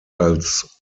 als